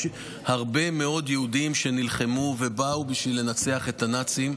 יש הרבה מאוד יהודים שנלחמו ובאו בשביל לנצח את הנאצים.